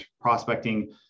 prospecting